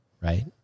right